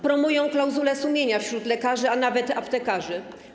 Promują klauzulę sumienia wśród lekarzy, a nawet aptekarzy.